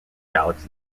galaxies